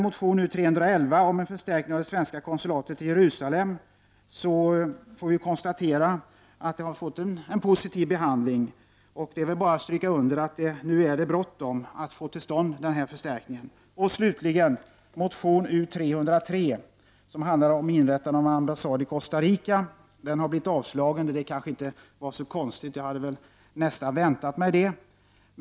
Motion U311 om förstärkning av det svenska konsulatet i Jerusalem har fått en positiv behandling, och det är väl bara att stryka under att nu är det bråttom att få till stånd den förstärkningen. Slutligen har motion U303, som handlar om inrättande av ambassad i Costa Rica, blivit avstyrkt, och det kanske inte var så konstigt. Jag hade väl nästan väntat mig det.